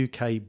UK